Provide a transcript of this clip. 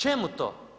Čemu to?